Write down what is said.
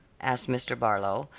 asked mr. barlow,